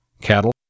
cattle